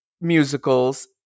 musicals